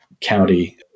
county